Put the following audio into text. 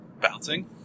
bouncing